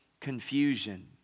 confusion